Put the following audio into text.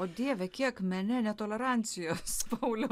o dieve kiek mene netolerancijos pauliau